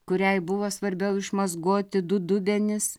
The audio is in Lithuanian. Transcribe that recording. kuriai buvo svarbiau išmazgoti du dubenis